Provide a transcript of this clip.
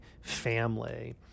family